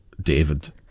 David